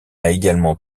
également